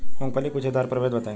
मूँगफली के गूछेदार प्रभेद बताई?